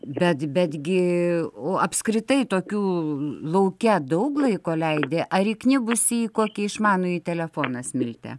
bet betgi o apskritai tokių lauke daug laiko leidi ar įkniubusi į kokį išmanųjį telefoną smilte